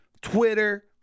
Twitter